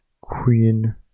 Queen